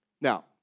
Now